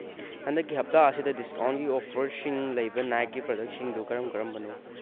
ꯍꯟꯗꯛꯀꯤ ꯍꯞꯇꯥ ꯑꯁꯤꯗ ꯗꯤꯁꯀꯥꯎꯟꯒꯤ ꯑꯣꯐꯔꯁꯤꯡ ꯂꯩꯕ ꯅꯥꯏꯛꯀꯤ ꯄ꯭ꯔꯗꯛꯁꯤꯡꯗꯨ ꯀꯔꯝ ꯀꯔꯝꯕꯅꯣ